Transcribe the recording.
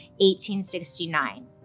1869